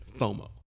FOMO